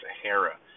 Sahara